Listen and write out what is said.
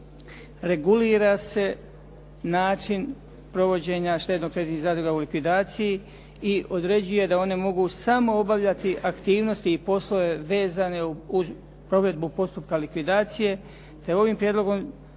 regulira se način provođenja štedno-kreditnih zadruga u likvidaciji i određuje da one mogu samo obavljati aktivnosti i poslove vezane uz provedbu postupka likvidacije te ovim Prijedlogom